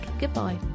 goodbye